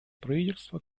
правительства